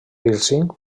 pírcing